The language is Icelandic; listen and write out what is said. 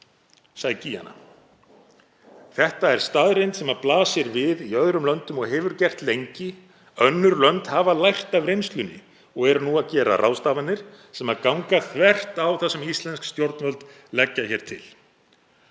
í hana. Þetta er staðreynd sem blasir við í öðrum löndum og hefur gert lengi. Önnur lönd hafa lært af reynslunni og eru nú að gera ráðstafanir sem ganga þvert á það sem íslensk stjórnvöld leggja til.